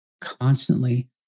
constantly